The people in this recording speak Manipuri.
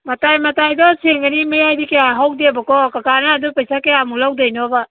ꯃꯇꯥꯏ ꯃꯇꯥꯏꯗ ꯁꯦꯡꯒꯅꯤ ꯃꯌꯥꯏꯗꯤ ꯀꯌꯥ ꯍꯧꯗꯦꯕꯀꯣ ꯀꯀꯥꯅ ꯑꯗꯨ ꯄꯩꯁꯥ ꯀꯌꯥꯃꯨꯛ ꯂꯧꯒꯗꯣꯏꯅꯣꯕ